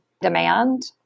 demand